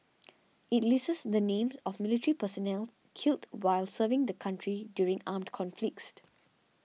it lists the names of militure personnel killed while serving the country during armed conflicts the